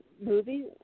movie